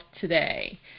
today